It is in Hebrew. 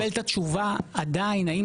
אני לא הצלחתי לקבל את התשובה עדיין האם